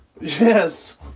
Yes